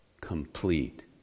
complete